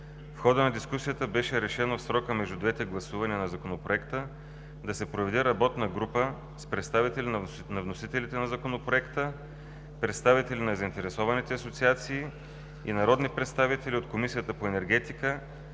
В хода на дискусията беше решено в срока между двете гласувания на Законопроекта да се проведе работна група с представители на вносителите на Законопроекта, представители на заинтересованите асоциации и народни представители от Комисията по енергетика,